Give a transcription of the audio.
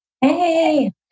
Hey